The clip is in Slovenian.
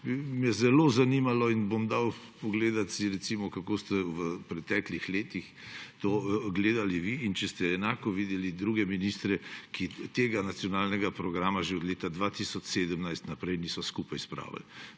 bi me zelo zanimalo in si bom pogledal, kako ste v preteklih letih to gledali vi in če ste enako videli druge ministre, ki tega nacionalnega programa že od leta 2017 naprej niso skupaj spravili.